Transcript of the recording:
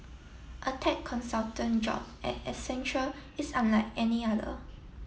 a tech consultant job at Accenture is unlike any other